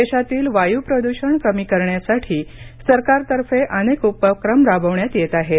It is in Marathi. देशातील वायु प्रदूषण कमी करण्यासाठी सरकारतर्फे अनेक उपक्रम राबविण्यात येतआहेत